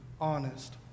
honest